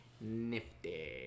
nifty